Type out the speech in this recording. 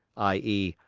i e,